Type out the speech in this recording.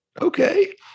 Okay